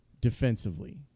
defensively